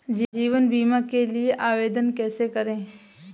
जीवन बीमा के लिए आवेदन कैसे करें?